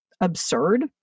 absurd